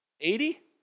eighty